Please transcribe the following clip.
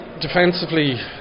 defensively